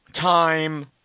time